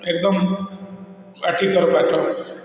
ଏକଦମ କାଠିକର ପାଠ